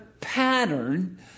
pattern